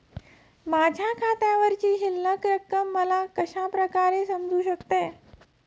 माझ्या खात्यावरची शिल्लक रक्कम मला कशा प्रकारे समजू शकते?